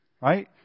Right